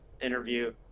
interview